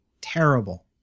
terrible